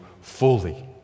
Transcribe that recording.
fully